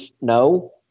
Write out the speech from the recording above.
No